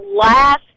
last